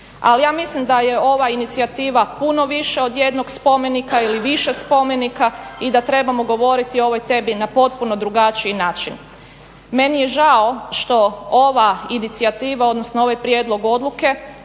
Ali ja mislim da je ova inicijativa puno više od jednog spomenika ili više spomenika i da trebamo govoriti o ovoj temi na potpuno drugačiji način. Meni je žao što ova inicijativa odnosno ovaj prijedlog odluke